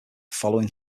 following